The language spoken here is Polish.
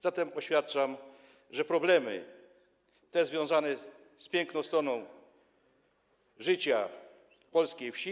Zatem oświadczam, że te problemy są związane z piękną stroną życia polskiej wsi.